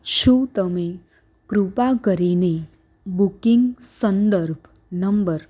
શું તમે કૃપા કરીને બુકિંગ સંદર્ભ નંબર